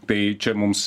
tai čia mums